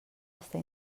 està